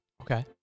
Okay